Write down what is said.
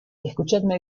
escuchadme